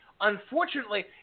Unfortunately